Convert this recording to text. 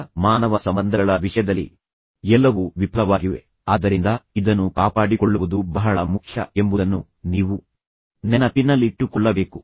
ಈಗ ಮಾನವ ಸಂಬಂಧಗಳ ವಿಷಯದಲ್ಲಿ ಎಲ್ಲವೂ ವಿಫಲವಾಗಿವೆ ಆದ್ದರಿಂದ ಇದನ್ನು ಕಾಪಾಡಿಕೊಳ್ಳುವುದು ಬಹಳ ಮುಖ್ಯ ಎಂಬುದನ್ನು ನೀವು ನೆನಪಿನಲ್ಲಿಟ್ಟುಕೊಳ್ಳಬೇಕು